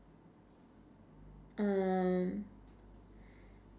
um